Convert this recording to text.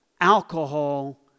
alcohol